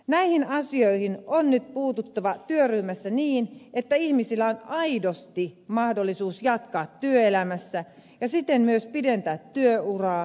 näihin asioihin on nyt puututtava työryhmässä niin että ihmisillä on aidosti mahdollisuus jatkaa työelämässä ja siten myös pidentää työuraa ja parantaa eläkettään